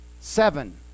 Seven